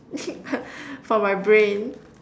for my brain